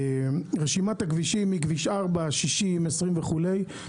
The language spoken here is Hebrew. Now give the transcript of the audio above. רשימת הכבישים מכביש 4, 60, 20 וכולי.